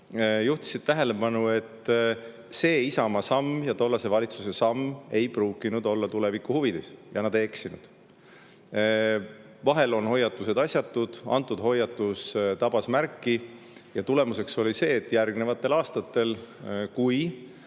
juhtisid tähelepanu, et see Isamaa ja tollase valitsuse samm ei pruukinud olla tuleviku huvides. Ja nad ei eksinud. Vahel on hoiatused asjatud, aga see hoiatus tabas märki ja tulemus oli see, et järgnevatel aastatel, kui